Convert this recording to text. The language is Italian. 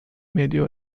medio